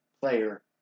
player